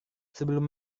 sebelum